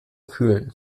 kühlen